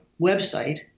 website